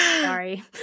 Sorry